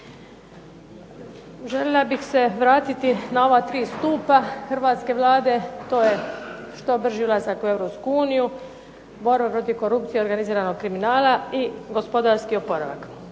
Željela bih se vratiti na ova tri stupa hrvatske Vlade. To je što brži ulazak u Europsku uniju, borba protiv korupcije i organiziranog kriminala i gospodarski oporavak.